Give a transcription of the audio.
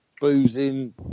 boozing